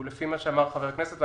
הוא לפי מה שאמר חבר הכנסת,